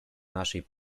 naszej